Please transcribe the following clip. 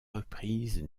reprises